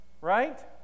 right